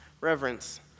reverence